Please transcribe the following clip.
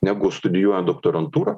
negu studijuojant doktorantūrą